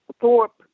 Thorpe